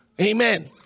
Amen